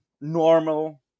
normal